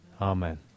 Amen